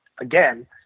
again